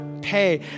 pay